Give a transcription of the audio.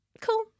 cool